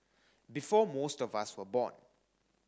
before most of us were born